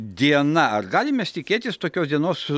diena ar galim mes tikėtis tokios dienos